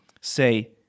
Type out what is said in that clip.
Say